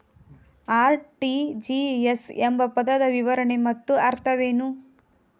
RTGS ಎಂಬ ಪದದ ವಿವರಣೆ ಮತ್ತು ಅರ್ಥವೇನು?